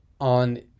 on